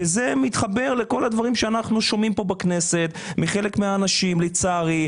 וזה מתחבר לכל הדברים שאנחנו שומעים פה בכנסת מחלק מהאנשים לצערי,